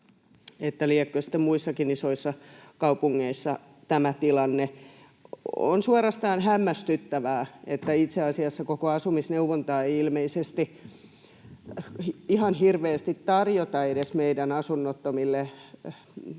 liekö sitten muissakin isoissa kaupungeissa tämä tilanne. On suorastaan hämmästyttävää, että itse asiassa koko asumisneuvontaa ei ilmeisesti ihan hirveästi tarjota edes meidän asunnottomille, perteille